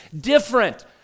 different